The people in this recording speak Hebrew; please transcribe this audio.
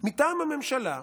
מטעם הממשלה,